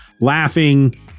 laughing